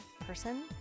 person